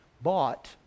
bought